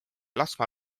laskma